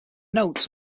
notes